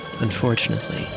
unfortunately